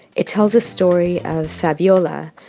it tells a story of fabiola.